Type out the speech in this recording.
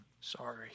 sorry